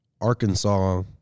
Arkansas